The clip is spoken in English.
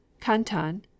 Kantan